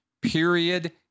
period